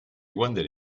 wondered